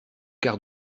quart